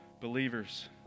Believers